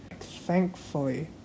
Thankfully